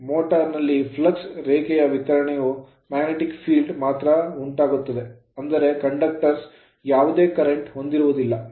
motor motor ನಲ್ಲಿ flux flux ನ ರೇಖೆಯ ವಿತರಣೆಯು magnetic field ಕಾಂತೀಯ ಕ್ಷೇತ್ರದಿಂದ ಮಾತ್ರ ಉಂಟಾಗುತ್ತದೆ ಆದರೆ conductors ವಾಹಕಗಳು ಯಾವುದೇ current ಕರೆಂಟ್ ಹೊಂದಿರುವುದಿಲ್ಲ